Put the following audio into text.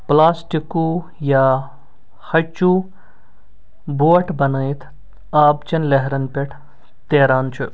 پٕلاسٹِکوٗ یا ہَچُو بوٹھ بَناوِتھ آبہٕ چَن لہرَن پٮ۪ٹھ تیران چھُ